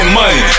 money